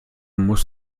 muss